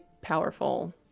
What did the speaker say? powerful